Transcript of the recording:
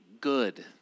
good